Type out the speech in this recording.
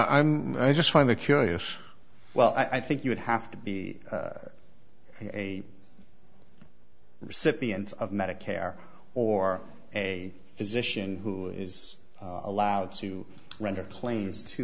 i'm just fine the curious well i think you would have to be a recipient of medicare or a physician who is allowed to render plains to